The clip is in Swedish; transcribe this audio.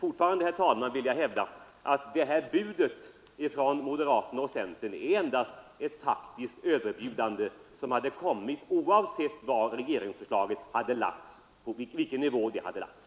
Jag vidhåller att detta bud från moderaterna och centern endast är ett taktiskt överbud som hade kommit oavsett på vilken nivå regeringsförslaget hade lagts.